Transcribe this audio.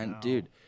Dude